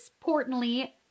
importantly